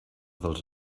dels